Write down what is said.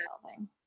solving